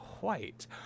White